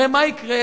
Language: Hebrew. הרי מה יקרה?